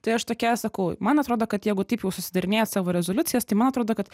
tai aš tokia sakau man atrodo kad jeigu taip jau susidarinėjat savo rezoliucijas tai man atrodo kad